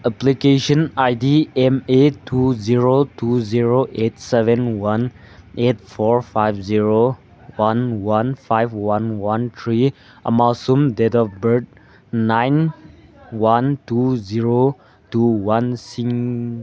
application I D M A two zero two zero eight seven one eight four five zero one one five one one three ꯑꯃꯁꯨꯡ date of birth nine one two zero two ꯋꯥꯟꯁꯤꯡ